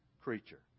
creature